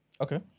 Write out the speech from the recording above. Okay